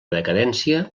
decadència